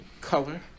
color